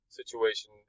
situation